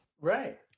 Right